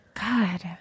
God